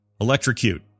Electrocute